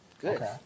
good